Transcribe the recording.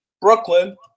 Brooklyn